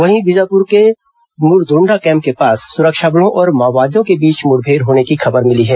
वहीं बीजापुर के मुरदोण्डा कैंप के पास सुरक्षा बलों और माओवादियों के बीच मुठभेड़ होने की खबर मिली है